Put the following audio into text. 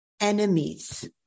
enemies